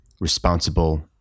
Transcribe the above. responsible